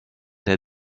der